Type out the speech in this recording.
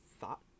thought